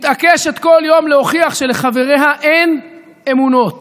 מתעקשת כל יום להוכיח שלחבריה אין אמונות,